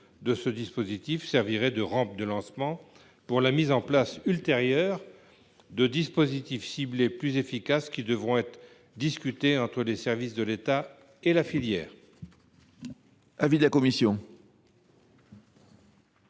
de ce dispositif servirait de rampe de lancement pour la mise en place ultérieure de dispositifs ciblés plus efficaces, qui devront être discutés entre les services de l’État et la filière.